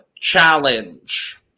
challenge